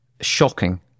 shocking